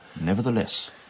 Nevertheless